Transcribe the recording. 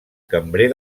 cambrer